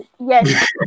yes